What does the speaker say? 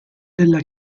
della